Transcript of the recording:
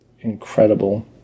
incredible